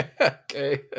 Okay